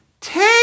take